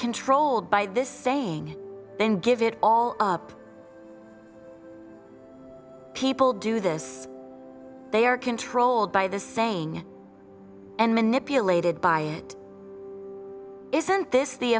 controlled by this saying then give it all up people do this they are controlled by the saying and manipulated by it isn't this the